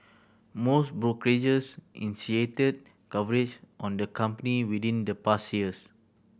most brokerages initiated coverage on the company within the past years